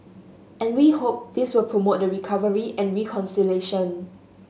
and we hope this will promote the recovery and reconciliation